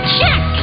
Check